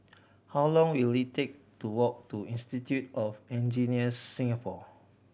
how long will it take to walk to Institute of Engineers Singapore